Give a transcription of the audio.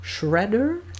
Shredder